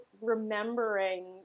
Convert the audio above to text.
remembering